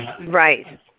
right